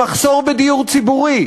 המחסור בדיור ציבורי,